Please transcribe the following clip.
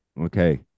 Okay